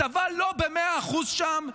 הצבא לא במאה אחוז שם,